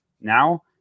now